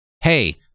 hey